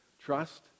trust